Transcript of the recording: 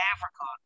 Africa